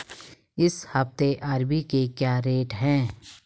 इस हफ्ते अरबी के क्या रेट हैं?